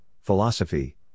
philosophy